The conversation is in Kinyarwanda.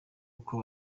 uko